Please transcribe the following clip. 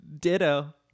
Ditto